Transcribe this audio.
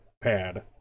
pad